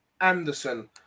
Anderson